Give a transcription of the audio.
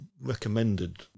recommended